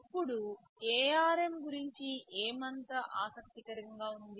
ఇప్పుడు ARM గురించి ఏమంతా ఆసక్తికరంగా ఉంది